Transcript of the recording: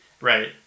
Right